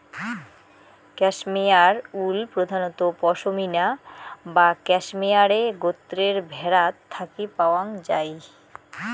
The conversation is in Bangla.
ক্যাশমেয়ার উল প্রধানত পসমিনা বা ক্যাশমেয়ারে গোত্রের ভ্যাড়াত থাকি পাওয়াং যাই